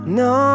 no